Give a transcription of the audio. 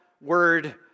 word